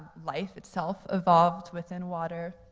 life itself evolved within water.